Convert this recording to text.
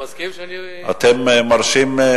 אתה מסכים שאני, אתם מרשים?